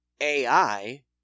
AI